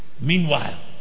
Meanwhile